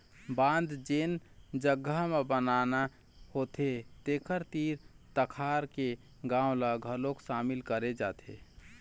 बांध जेन जघा म बनाना होथे तेखर तीर तखार के गाँव ल घलोक सामिल करे जाथे